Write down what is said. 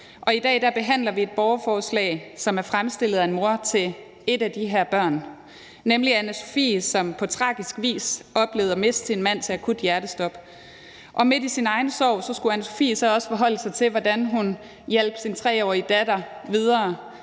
i dag behandler vi et borgerforslag, som er stillet af en mor til et af de her børn, nemlig Anna-Sofie, som på tragisk vis oplevede at miste sin mand til akut hjertestop. Og midt i sin egen sorg skulle Anna-Sofie så også forholde sig til, hvordan hun skulle hjælpe sin 3-årige datter videre